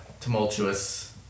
tumultuous